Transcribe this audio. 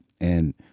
And-